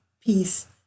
peace